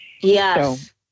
Yes